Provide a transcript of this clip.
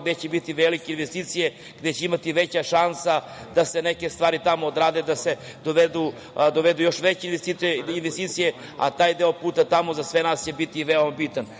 gde će biti velike investicije, gde će biti veće šanse da se neke stvari tamo odrade, da se dovedu još veće investicije, a taj deo puta tamo za sve nas će biti veoma bitan. Dakle,